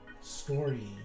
story